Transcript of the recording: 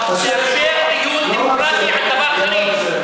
אתה סגן יושב-ראש, לא היית היום.